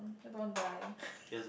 I don't want die